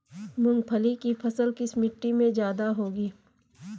मूंगफली की फसल किस मिट्टी में ज्यादा होगी?